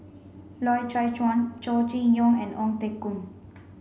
Loy Chye Chuan Chow Chee Yong and Ong Teng Koon